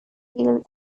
fleet